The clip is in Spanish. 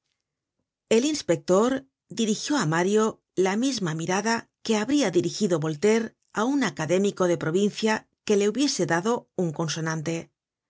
el inspector dirigió á mario la misma mirada que habria dirigido voltaire á un académico de provincia que le hubiese dado un consonante sumergió